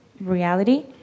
reality